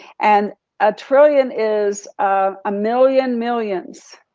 and a trillion is ah a million millions.